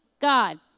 God